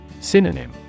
Synonym